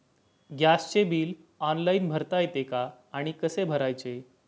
गॅसचे bill online भरता येते का आणि कसे भरायचे?